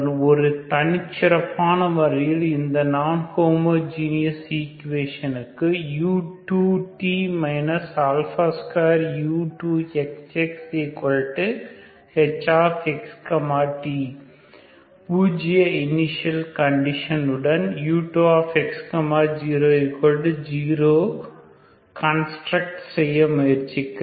ஒரு தனிச்சிறப்பான வழியில் இந்த நான் ஹோமோஜீனஸ் ஈக்குவேஷனுக்கு u2t 2u2xxhx t பூஜ்ஜிய இனிஷியல் கண்டிஷன் உடன் u2x 00கன்ஸ்டிரக்ட் செய்ய முயற்சிக்கிறேன்